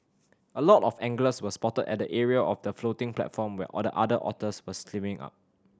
a lot of anglers were spotted at the area of the floating platform where all the other otters were swimming up